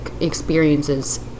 experiences